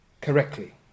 correctly